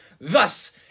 thus